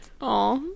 Aw